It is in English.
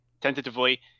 tentatively